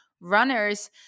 runners